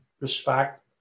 respect